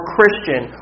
Christian